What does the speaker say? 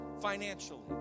financially